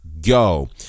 Go